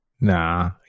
Nah